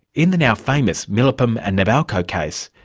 in the now famous milirrpum and nabalco case,